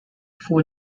full